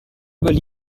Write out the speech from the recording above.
will